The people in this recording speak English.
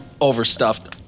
overstuffed